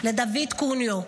לדוד קוניו,